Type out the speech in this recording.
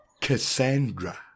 cassandra